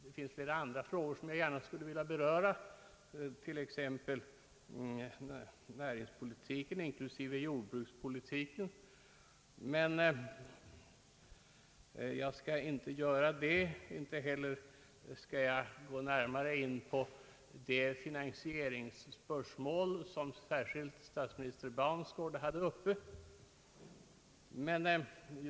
Det finns också andra frågor som jag gärna skulle vilja beröra, t.ex. näringspolitiken inklusive jordbrukspolitiken, men jag skall inte göra det, och inte heller skall jag gå närmare in på de finansieringsspörsmål som särskilt statsminister Baunsgaard tog upp.